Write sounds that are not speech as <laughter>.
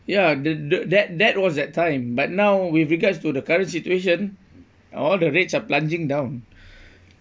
ya the the that that was that time but now with regards to the current situation all the rates are plunging down <breath>